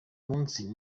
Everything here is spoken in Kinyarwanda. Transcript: munsi